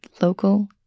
local